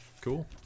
Cool